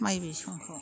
माइ बिसंखौ